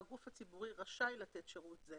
הגוף הציבורי רשאי לתת שירות זה